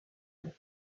know